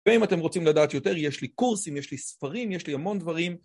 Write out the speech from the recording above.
ואם אתם רוצים לדעת יותר, יש לי קורסים, יש לי ספרים, יש לי המון דברים.